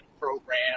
program